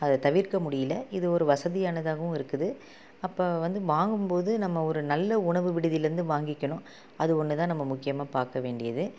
அதை தவிர்க்க முடியலை இது ஒரு வசதியானதாகவும் இருக்குது அப்போ வந்து வாங்கும் போது நம்ம ஒரு நல்ல உணவு விடுதியில் இருந்து வாங்கிக்கணும் அது ஒன்று தான் நம்ம முக்கியமாக பார்க்க வேண்டியது